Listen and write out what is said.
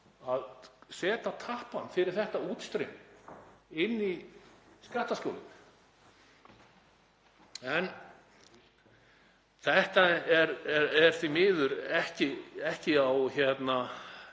að setja tappann fyrir þetta útstreymi inn í skattaskjólin. Þetta er því miður ekki á borðinu